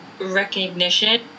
recognition